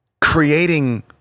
creating